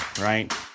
right